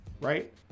Right